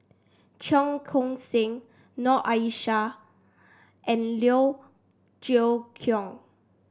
Cheong Koon Seng Noor Aishah and Liew Geok Leong